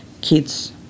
kids